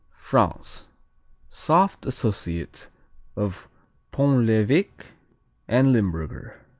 france soft associate of pont l'eveque and limburger.